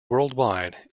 worldwide